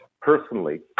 personally